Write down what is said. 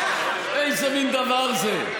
איזה מין דבר זה?